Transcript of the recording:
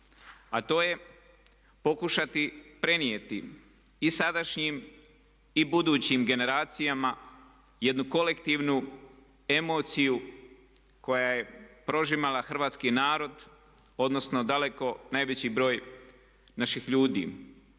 a to je pokušati prenijeti i sadašnjim i budućim generacijama jednu kolektivnu emociju koja je prožimala hrvatski narod odnosno daleko najveći broj naših ljudi.